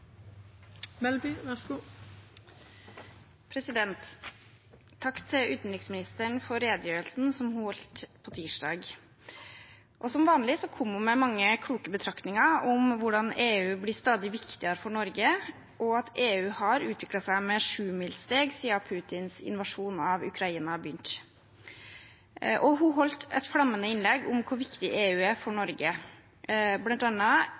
til utenriksministeren for redegjørelsen som hun holdt på tirsdag. Som vanlig kom hun med mange kloke betraktninger om hvordan EU blir stadig viktigere for Norge, og at EU har utviklet seg med sjumilssteg siden Putins invasjon av Ukraina begynte. Hun holdt et flammende innlegg om hvor viktig EU er for